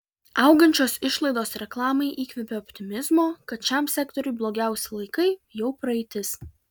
augančios išlaidos reklamai įkvepia optimizmo kad šiam sektoriui blogiausi laikai jau praeitis